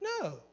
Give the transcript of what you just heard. No